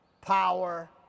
power